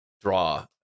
draw